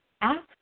Ask